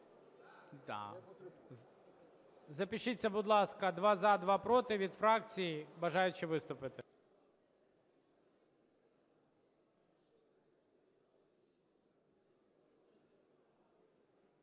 Запишіться, будь ласка: два – за, два – проти, від фракцій бажаючі виступити.